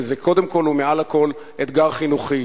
וזה קודם כול ומעל הכול אתגר חינוכי.